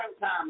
time